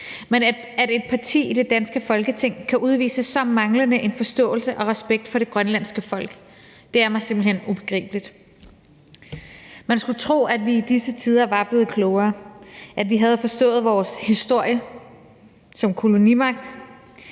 men at et parti i det danske Folketing kan udvise en så manglende forståelse og respekt for det grønlandske folk. Det er mig simpelt hen ubegribeligt. Man skulle tro, at vi i disse tider var blevet klogere – at vi havde forstået vores historie som kolonimagt;